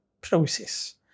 process